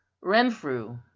Renfrew